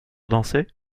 danser